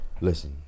listen